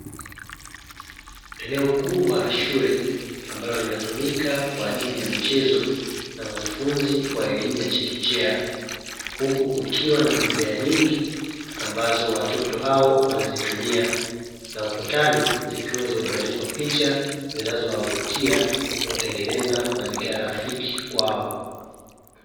Eneo kubwa la shule ambalo linatumika kwa ajili ya michezo, na wanafunzi wa elimu ya chekechea, huku kukiwa na bembea nyingi ambazo watoto hao wanazitumia, na ukutani zikiwa zimebandikwa picha zinazo wavutia na kutengeneza mazingira rafiki kwao.